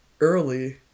early